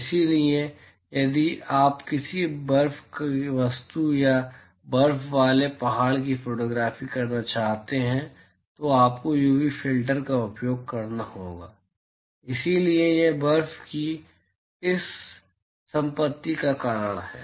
इसलिए यदि आप किसी बर्फ की वस्तु या बर्फ वाले पहाड़ की फोटोग्राफी करना चाहते हैं तो आपको यूवी फिल्टर का उपयोग करना होगा इसलिए यह बर्फ की इस संपत्ति के कारण है